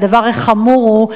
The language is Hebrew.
והדבר החמור הוא,